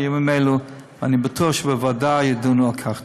בימים אלו אני בטוח שבוועדה ידונו על כך.